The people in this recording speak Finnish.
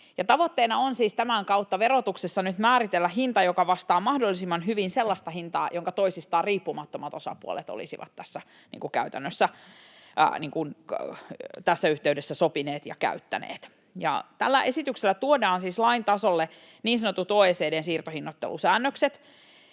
Tavoitteena on siis tämän kautta verotuksessa nyt määritellä hinta, joka vastaa mahdollisimman hyvin sellaista hintaa, jonka toisistaan riippumattomat osapuolet olisivat käytännössä tässä yhteydessä sopineet ja käyttäneet. Tällä esityksellä tuodaan siis lain tasolle niin sanotut OECD:n siirtohinnoittelusäännökset